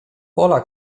pola